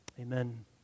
Amen